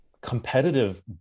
Competitive